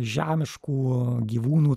žemiškų gyvūnų